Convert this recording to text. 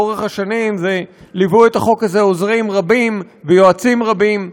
לאורך השנים ליוו את החוק הזה עוזרים רבים ויועצים רבים,